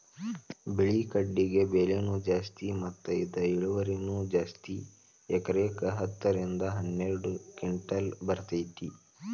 ಬಿಳಿ ಕಡ್ಲಿಗೆ ಬೆಲೆನೂ ಜಾಸ್ತಿ ಮತ್ತ ಇದ ಇಳುವರಿನೂ ಜಾಸ್ತಿ ಎಕರೆಕ ಹತ್ತ ರಿಂದ ಹನ್ನೆರಡು ಕಿಂಟಲ್ ಬರ್ತೈತಿ